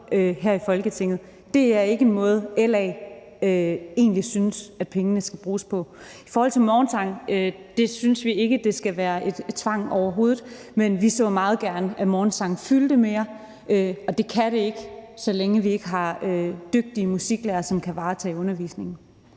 af kroner. Det er ikke en måde, LA egentlig synes pengene skal bruges på. I forhold til morgensang synes vi ikke det skal være tvang overhovedet, men vi så meget gerne, at morgensang fyldte mere, og det kan det ikke, så længe vi ikke har dygtige musiklærere, som kan varetage undervisningen.